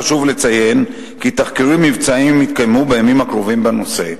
חשוב לציין כי תחקירים מבצעיים יתקיימו בימים הקרובים בנושא.